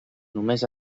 només